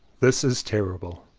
this is terrible!